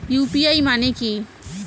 UPI মানে কি?